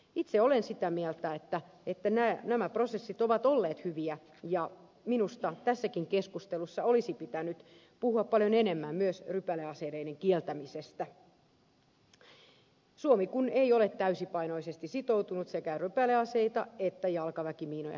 itse olen sitä mieltä että nämä prosessit ovat olleet hyviä ja minusta tässäkin keskustelussa olisi pitänyt puhua paljon enemmän myös rypäleaseiden kieltämisestä suomi kun ei ole täysipainoisesti sitoutunut sekä rypäleaseita että jalkaväkimiinoja koskeviin sopimuksiin